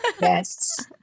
Yes